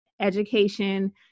education